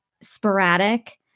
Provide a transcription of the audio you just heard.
sporadic